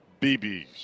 BBs